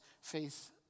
faith